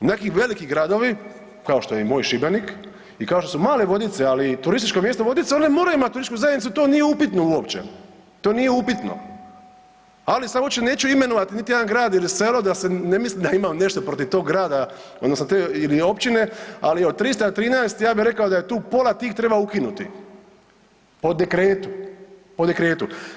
Neki veliki gradovi kao što je i moj Šibenik i kao što su male Vodice, ali turističko mjesto Vodice one moraju imat turističku zajednicu, to nije upitno uopće, to nije upitno, ali sad uopće neću imenovat niti jedan grad ili selo da se ne misli da imam nešto protiv tog grada odnosno ili općine, ali od 313 ja bi rekao da je tu pola tih treba ukinuti po dekretu, po dekretu.